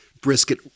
brisket